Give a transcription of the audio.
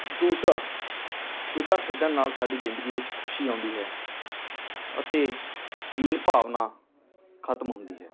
ਦੂਸਰਾ ਖੇਡਾਂ ਖੇਡਣ ਨਾਲ ਸਾਡੀ ਜ਼ਿੰਦਗੀ ਵਿੱਚ ਖੁਸ਼ੀ ਆਉਂਦੀ ਹੈ ਅਤੇ ਹੀਣ ਭਾਵਨਾ ਖਤਮ ਹੁੰਦੀ ਹੈ